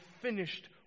finished